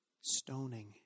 stoning